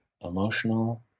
emotional